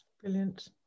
Brilliant